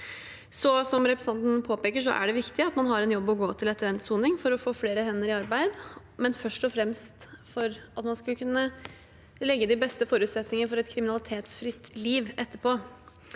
Som representanten Foss påpeker, er det viktig at man har en jobb å gå til etter endt soning for å få flere hender i arbeid, men først og fremst for at man skal kunne legge de beste forutsetninger for et kriminalitetsfritt liv etterpå.